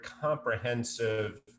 comprehensive